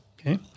okay